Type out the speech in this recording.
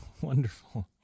Wonderful